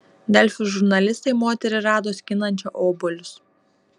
delfi žurnalistai moterį rado skinančią obuolius